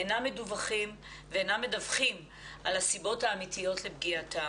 אינם מדווחים ואינם מדווחים על הסיבות האמיתיות לפגיעתם.